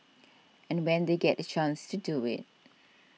and when they get the chance to do it